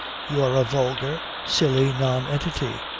you are a vulgar, silly nonentity,